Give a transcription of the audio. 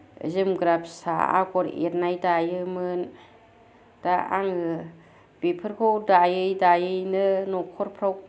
जोमग्रा फिसा आगर एरनाय दायोमोन दा आङो बेफोरखौ दायै दायैनो न'खरफ्राव